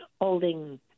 holding